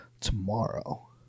tomorrow